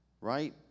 right